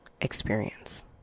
Experience